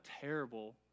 terrible